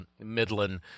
Midland